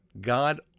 God